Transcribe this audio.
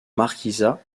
marquisat